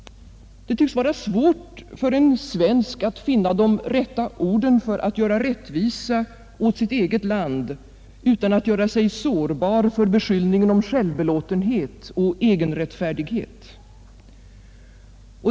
Det tycks vara svårt för en svensk att finna de rätta orden för att göra rättvisa åt sitt eget land utan att känna sig sårbar för beskyllningen om självbelåtenhet och egenrättfärdighet.